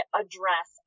address